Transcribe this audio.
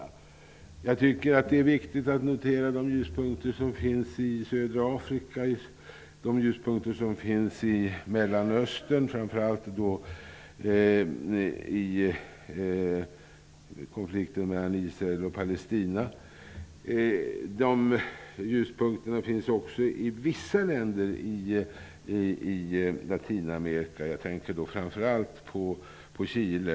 Jag tycker t.ex. att det är viktigt att notera de ljuspunkter som finns i Södra Afrika, i Mellanöstern -- framför allt i fråga om konflikten mellan Israel och Palestina -- och i vissa länder i Latinamerika. Jag tänker då framför allt på Chile.